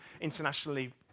internationally